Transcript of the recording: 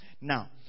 Now